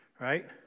right